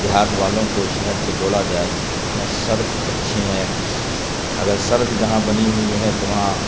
دیہات والوں کو شہر سے جوڑا جائے نہ سڑک اچھے ہیں اگر سڑک جہاں بنی ہوئی ہے تو وہاں